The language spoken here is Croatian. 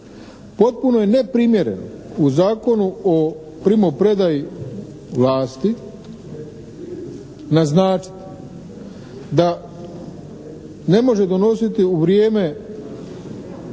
Potpuno je neprimjereno u Zakonu o primopredaji vlasti naznačiti da ne može donositi u vrijeme